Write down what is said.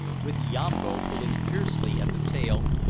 with yambo pulling fiercely at the tail,